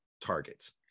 targets